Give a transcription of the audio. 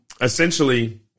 essentially